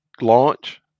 launch